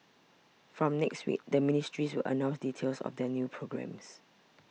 from next week the ministries announce details of their new programmes